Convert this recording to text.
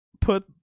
put